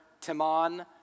Timon